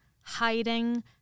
hiding